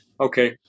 okay